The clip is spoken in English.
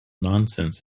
nonsense